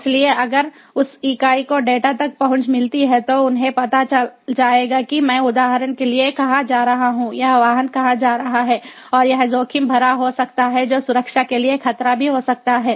इसलिए अगर उस इकाई को डेटा तक पहुंच मिलती है तो उन्हें पता चल जाएगा कि मैं उदाहरण के लिए कहां जा रहा हूं यह वाहन कहां जा रहा है और यह जोखिम भरा हो सकता है जो सुरक्षा के लिए खतरा भी हो सकता है